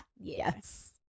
Yes